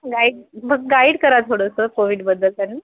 guide मग guide करा थोडंसं कोविडबद्दल त्यांनी